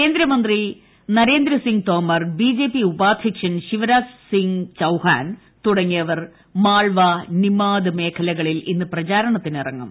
കേന്ദ്രമന്ത്രി Narendra Singh Tomar BJP ഉപാധ്യക്ഷൻ ശിവരാജ്സിംഗ് ചൌഹാൻ തുടങ്ങിയവർ മാൾവ നിമാദ് മേഖലകളിൽ ഇന്ന് പ്രചാരണത്തിനിറങ്ങും